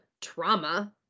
trauma